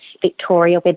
Victoria